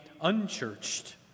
unchurched